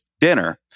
dinner